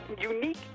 unique